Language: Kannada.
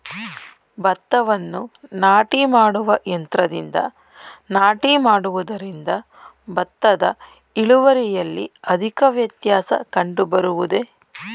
ಭತ್ತವನ್ನು ನಾಟಿ ಮಾಡುವ ಯಂತ್ರದಿಂದ ನಾಟಿ ಮಾಡುವುದರಿಂದ ಭತ್ತದ ಇಳುವರಿಯಲ್ಲಿ ಅಧಿಕ ವ್ಯತ್ಯಾಸ ಕಂಡುಬರುವುದೇ?